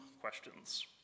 questions